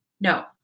No